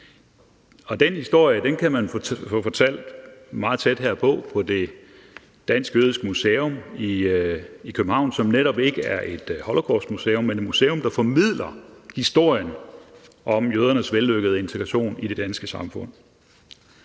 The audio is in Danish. den historie kan man få fortalt meget tæt herpå, nemlig på Dansk Jødisk Museum i København, som netop ikke er et holocaustmuseum, men et museum, der formidler historien om jødernes vellykkede integration i det danske samfund.